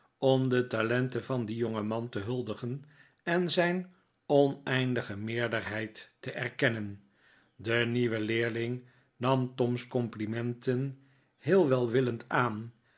om de talenten van dien jongeman te huldigen en zijn oneindige meerderheid te erkennen de nieuwe leerling nam tom's complimenten heel welwillend aan